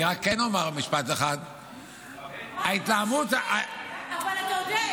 אני רק כן אומר משפט אחד --- אבל אתה יודע,